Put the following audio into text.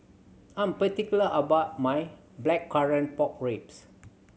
I'm particular about my Blackcurrant Pork Ribs